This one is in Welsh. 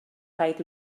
rhaid